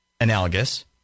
analogous